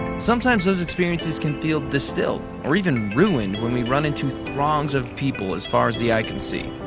sometimes those experiences can feel distilled or even ruined when we run into throngs of people as far as the eye can see.